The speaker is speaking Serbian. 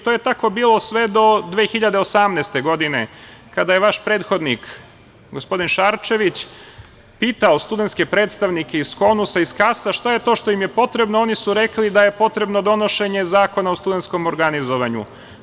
To je tako bilo sve do 2018. godine, kada je vaš prethodnik, gospodin Šarčević, pitao studentske predstavnike iz KONUS i KAVS-a, šta je to što im je potrebno, a oni su rekli da je potrebno donošenje zakona o studentskom organizovanju.